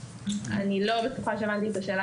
אני לא בטוחה שהבנתי את השאלה,